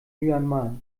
myanmar